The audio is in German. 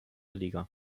liga